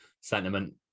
sentiment